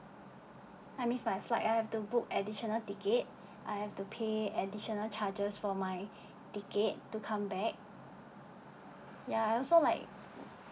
I miss my flight I have to book additional ticket I have to pay additional charges for my ticket to come back ya I also like